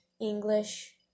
English